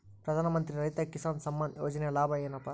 ಪ್ರಧಾನಮಂತ್ರಿ ರೈತ ಕಿಸಾನ್ ಸಮ್ಮಾನ ಯೋಜನೆಯ ಲಾಭ ಏನಪಾ?